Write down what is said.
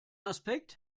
aspekt